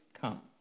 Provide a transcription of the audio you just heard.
come